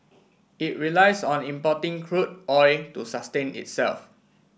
it relies on importing crude oil to sustain itself